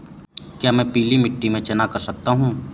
क्या मैं पीली मिट्टी में चना कर सकता हूँ?